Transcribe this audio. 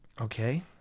okay